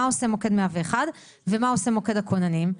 מה עושה מוקד 101 ומה עושה מוקד הכוננים,